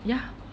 ya